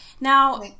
now